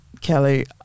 Kelly